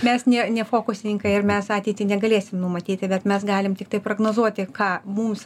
mes ne ne fokusininkai ir mes ateitį negalėsim numatyti bet mes galim tiktai prognozuoti ką mums